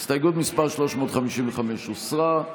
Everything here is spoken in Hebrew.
הסתייגות מס' 355 הוסרה.